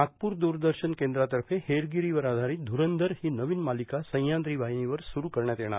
नागपूर दूरदर्शन केंद्रातर्फे हेरगिरीवर आधारीत ध्ररंदर ही नवीन मालिका सह्याद्री वाहिनीवर सुरू करण्यात येणार